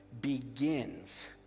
begins